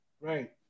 Right